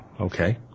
okay